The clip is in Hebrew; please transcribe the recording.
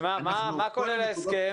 מה כולל ההסכם